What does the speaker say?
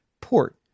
port